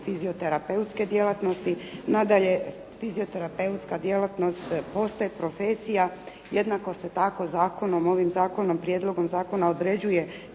fizioterapeutske djelatnosti. Nadalje, fizioterapeutska djelatnost postaje profesija, jednako se tako zakonom, ovim zakonom, prijedlogom zakona određuje tko